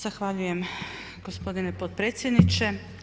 Zahvaljujem gospodine potpredsjedniče.